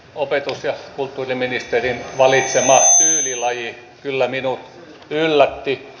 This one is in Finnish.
opetus ja kulttuuriministerin valitsema tyylilaji kyllä minut yllätti